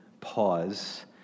pause